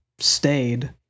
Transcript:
stayed